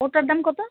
ওটার দাম কত